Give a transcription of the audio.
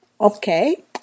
Okay